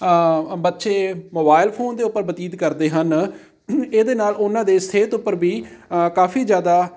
ਬੱਚੇ mobile phone ਦੇ ਉੱਪਰ ਬਤੀਤ ਕਰਦੇ ਹਨ ਇਹਦੇ ਨਾਲ ਉਹਨਾਂ ਦੇ ਸਿਹਤ ਉੱਪਰ ਵੀ ਕਾਫ਼ੀ ਜ਼ਿਆਦਾ